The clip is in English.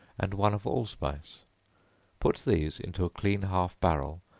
and one of allspice put these into a clean half-barrel,